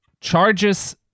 charges